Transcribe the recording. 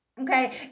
okay